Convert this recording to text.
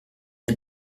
mai